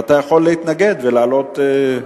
אתה יכול להתנגד ולעלות.